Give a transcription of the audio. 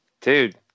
Dude